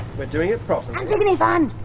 we're doing it properly antigone funn!